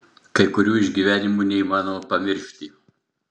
kai kurių išgyvenimų neįmanoma pamiršti